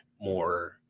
more